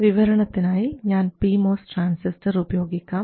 വിവരണത്തിനായി ഞാൻ P MOS transistor ഉപയോഗിക്കാം